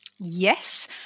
Yes